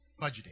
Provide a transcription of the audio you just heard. budgeting